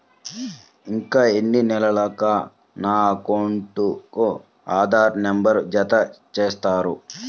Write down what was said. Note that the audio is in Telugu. ఇంకా ఎన్ని నెలలక నా అకౌంట్కు ఆధార్ నంబర్ను జత చేస్తారు?